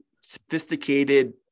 sophisticated